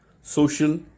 social